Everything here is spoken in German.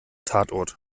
tatort